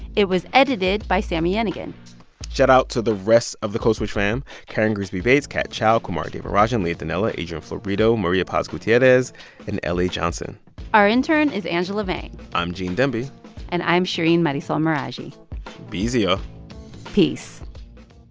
it was edited by sami yenigun shout-out to the rest of the code switch fam karen grigsby bates, kat chow, kumari devarajan, leah donnella, adrian florido, maria paz gutierrez and la johnson our intern is angela vang i'm gene demby and i'm shereen marisol meraji be easy, y'all ah peace